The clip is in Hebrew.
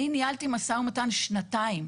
אני ניהלתי משא ומתן שנתיים.